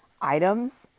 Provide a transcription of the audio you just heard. Items